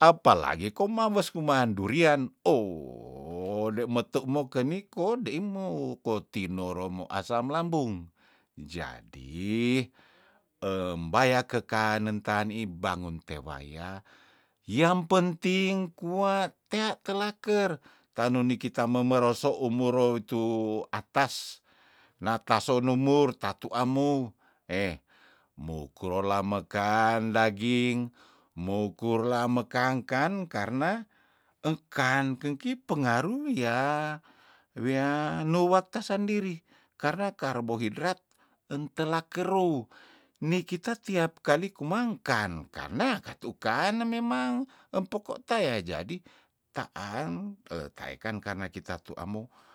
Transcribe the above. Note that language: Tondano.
apa lagi komawes kuman durian oh de mo teu mo keni ko dei mou kotinoro mo asam lambung jadi embaya kekanen ta in bangun te waya yang penting kuwa tea telaker tano nikita memeroso umuro witu atas nata sonomur tatuamou eh mokurola mekan daging mokurla mekang kan karna engkan keki pengaruh yah wea nuwak tasandiri karna karbohidrat entela kerou nikita tiap kali kumangkan karna katu kane memang empoko taea jadi taang e taekan karna kita tuamou